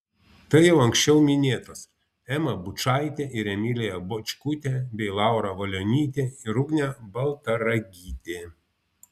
tai jau anksčiau minėtos ema bučaitė ir emilija bočkutė bei laura valionytė ir ugnė baltaragytė